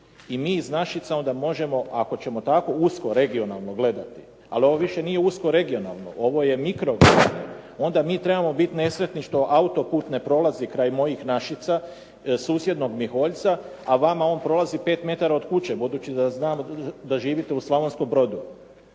i mi iz Našica onda možemo ako ćemo tako usko regionalno gledati, ali ovo više nije usko regionalno, ovo je mikroregionalno, onda mi trebamo biti nesretni što autoput ne prolazi kraj mojih Našica, susjednog Miholjca, a vama on prolazi 5 metara od kuće. Budući da znam da živite u Slavonskom Brodu.